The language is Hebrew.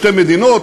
שתי מדינות?